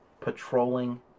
patrolling